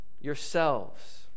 yourselves